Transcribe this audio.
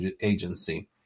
Agency